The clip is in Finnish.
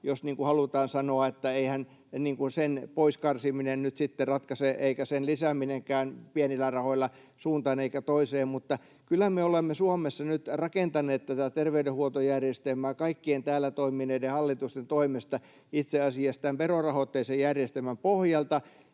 jos halutaan sanoa, että eihän sen pois karsiminen eikä sen lisääminenkään pienillä rahoilla ratkaise suuntaan eikä toiseen. Mutta kyllä me olemme Suomessa nyt rakentaneet tätä terveydenhuoltojärjestelmää kaikkien täällä toimineiden hallitusten toimesta itse asiassa tämän verorahoitteisen järjestelmän pohjalta,